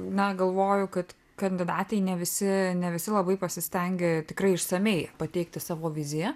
na galvoju kad kandidatai ne visi ne visi labai pasistengė tikrai išsamiai pateikti savo viziją